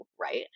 right